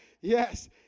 Yes